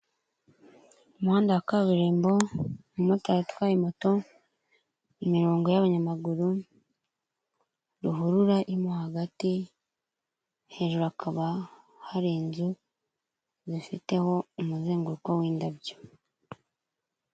Umuhanda wa kaburimbo, umumotari utwaye moto, imirongo y'abanyamaguru, ruhurura irimo hagati, hejuru hakaba hari inzu zifiteho umuzenguruko w'indabyo.